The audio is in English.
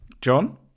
John